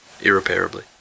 irreparably